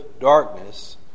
darkness